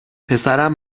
پسرم